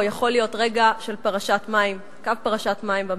או יכול להיות רגע של קו פרשת מים במדינה.